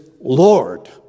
Lord